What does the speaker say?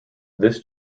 this